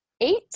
eight